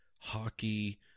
hockey